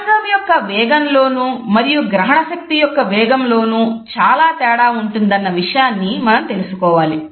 ప్రసంగం యొక్క వేగంలోనూ మరియు గ్రహణ శక్తి యొక్క వేగంలోనూ చాలా తేడా ఉంటుందన్న విషయాన్ని మనం తెలుసుకోవాలి